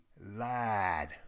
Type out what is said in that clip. lied